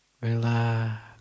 relax